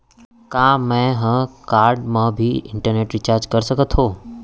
का मैं ह कारड मा भी इंटरनेट रिचार्ज कर सकथो